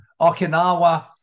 Okinawa